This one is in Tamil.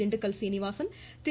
திண்டுக்கல் சீனிவாசன் திரு